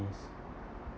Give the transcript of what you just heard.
s~